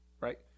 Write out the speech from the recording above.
Right